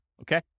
Okay